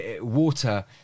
water